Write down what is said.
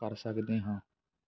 ਕਰ ਸਕਦੇ ਹਾਂ